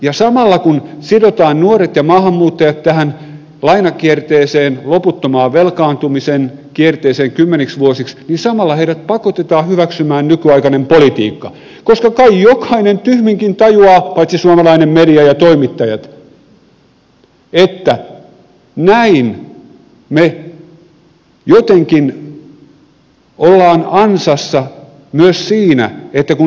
ja samalla kun sidotaan nuoret ja maahanmuuttajat tähän lainakierteeseen loputtomaan velkaantumisen kierteeseen kymmeniksi vuosiksi niin samalla heidät pakotetaan hyväksymään nykyaikainen politiikka koska kai jokainen tyhminkin tajuaa paitsi suomalainen media ja toimittajat että näin me jotenkin olemme ansassa myös siinä että kun